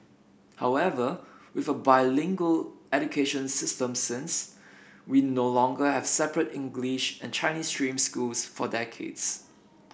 however with a bilingual education system since we no longer have separate English and Chinese stream schools for decades